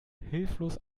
hilflos